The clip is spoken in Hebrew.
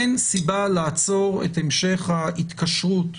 אין סיבה לעצור את המשך ההתקשרות.